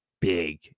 big